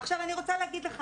עכשיו אני רוצה להגיד לך.